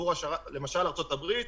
למשל: בארצות הברית,